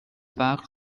فقر